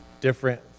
different